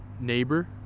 neighbor